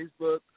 Facebook